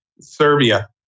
Serbia